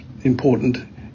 important